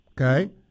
okay